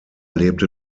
lebte